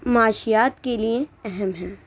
معاشیات کے لئے اہم ہیں